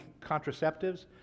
contraceptives